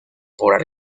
por